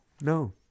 No